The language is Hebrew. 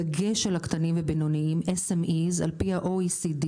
בדגש על הקטנים והבינוניים --- על-פי ה-OECD,